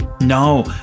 No